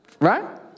Right